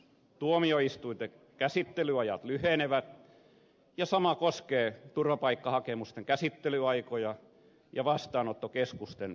tuomioistuinten käsittelyajat lyhenevät ja sama koskee turvapaikkahakemusten käsittelyaikoja ja vastaanottokeskusten ruuhkia